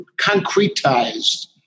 concretized